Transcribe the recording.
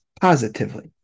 positively